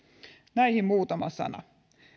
näihin muutama sana